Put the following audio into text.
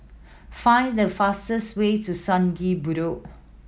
find the fastest way to Sungei Bedok